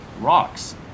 rocks